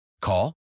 Call